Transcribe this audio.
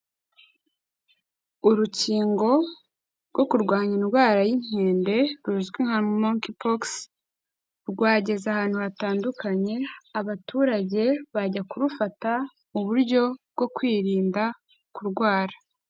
Urukingo rwo kurwanya indwara y'inkende ruzwi nka Monkeypox rwageze ahantu hatandukanye, abaturage bajya kurufata mu buryo bwo kwirinda kurwara.